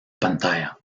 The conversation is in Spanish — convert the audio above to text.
pantalla